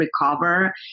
recover